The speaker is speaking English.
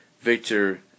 Victor